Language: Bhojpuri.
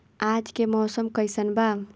आज के मौसम कइसन बा?